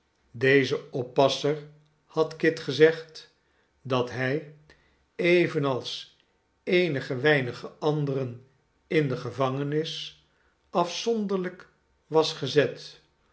deze oppasser had kit gezegd dat hij evenals eenige weinige anderen in de gevangenis afzonderhjk was gezet